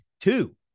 two